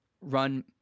run